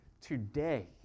today